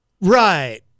Right